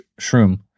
shroom